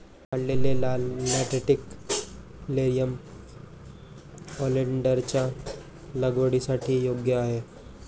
काढलेले लाल lateritic nerium ओलेन्डरच्या लागवडीसाठी योग्य आहे